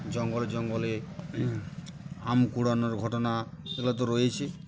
জঙ্গলে জঙ্গলে আম কুড়ানোর ঘটনা এগুলো তো রয়েইছে